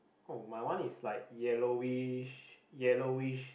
oh my one is like yellowish yellowish